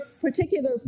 particular